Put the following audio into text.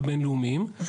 תכתוב את זה אצלך.